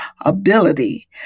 ability